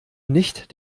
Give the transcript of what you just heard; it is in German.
nicht